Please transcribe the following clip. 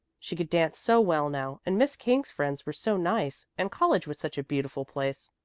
she could dance so well now, and miss king's friends were so nice, and college was such a beautiful place,